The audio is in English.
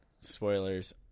spoilers